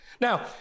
Now